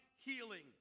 healing